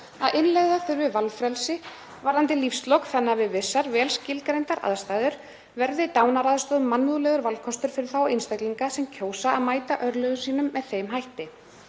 að innleiða þurfi valfrelsi varðandi lífslok þannig að við vissar vel skilgreindar aðstæður verði dánaraðstoð mannúðlegur valkostur fyrir þá einstaklinga sem kjósa að mæta örlögum sínum með þeim hætti.